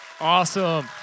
Awesome